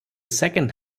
second